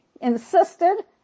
insisted